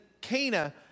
Cana